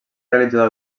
realitzada